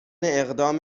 اقدام